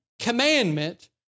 commandment